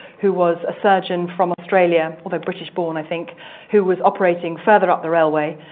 who was a surgeon from australia although british-born, i think who was operating further up the railway.